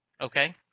Okay